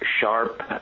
sharp